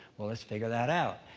well, let's figure that out.